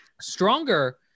Stronger